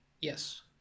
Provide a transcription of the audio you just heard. yes